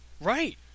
Right